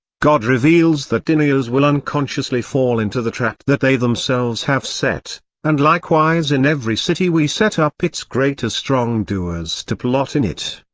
god reveals that deniers will unconsciously fall into the trap that they themselves have set and likewise in every city we set up its greatest wrongdoers to plot in it.